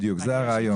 בדיוק, זה הרעיון.